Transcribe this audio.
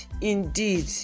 Indeed